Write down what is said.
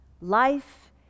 Life